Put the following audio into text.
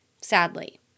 Sadly